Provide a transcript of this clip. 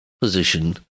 position